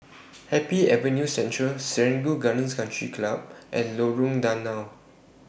Happy Avenue Central Serangoon Gardens Country Club and Lorong Danau